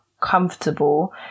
comfortable